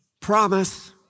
Promise